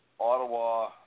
Ottawa